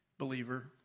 believer